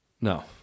No